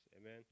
amen